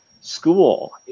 school